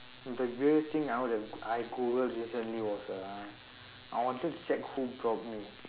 the weirdest thing I would have I Googled recently was uh I wanted to check who block me